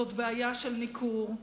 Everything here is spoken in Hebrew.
זאת בעיה של ניכור,